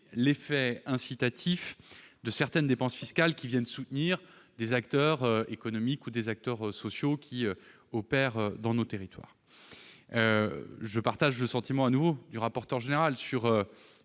l'effet incitatif de certaines dépenses fiscales destinées à soutenir des acteurs économiques ou des acteurs sociaux qui opèrent dans nos territoires. Je partage le sentiment du rapporteur général sur